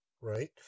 right